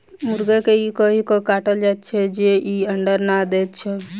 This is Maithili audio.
मुर्गा के ई कहि क काटल जाइत छै जे ई अंडा नै दैत छै